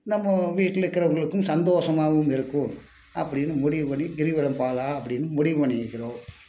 நம்ம வீட்டில் இருக்குறவங்களுக்கும் சந்தோஷமாவும் இருக்கும் அப்படினு முடிவு பண்ணி கிரிவலம் போகலாம் அப்படின்னு முடிவு பண்ணிருக்கிறோம்